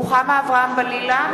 (קוראת בשמות חברי הכנסת) רוחמה אברהם-בלילא,